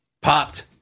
popped